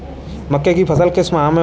मक्के की फसल किस माह में होती है?